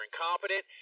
incompetent